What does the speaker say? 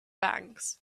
banks